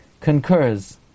concurs